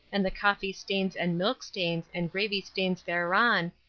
and the coffee-stains and milk-stains and gravy-stains thereon,